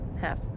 half